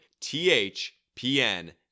THPN